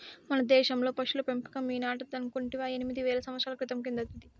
మన దేశంలో పశుల పెంపకం ఈనాటిదనుకుంటివా ఎనిమిది వేల సంవత్సరాల క్రితం కిందటిది